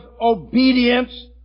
obedience